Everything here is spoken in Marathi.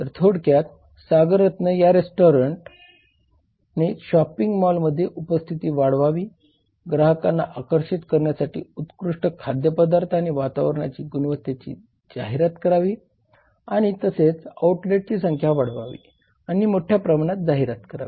तर थोडक्यात 1409 सागर रत्नने या रेस्टारंटने शॉपिंग मॉलमध्ये उपस्थिती वाढवावी ग्राहकांना आकर्षित करण्यासाठी उत्कृष्ट खाद्यपदार्थ आणि वातावरणाची गुणवत्तेची जाहिरात करावी आणि तसेच आउटलेटची संख्या वाढवावी आणि मोठ्याप्रमाणात जाहिरात करावी